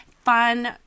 Fun